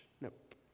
Nope